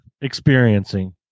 experiencing